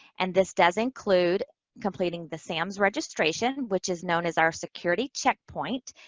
and this does include completing the sams registration, which is known as our security checkpoint,